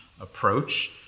approach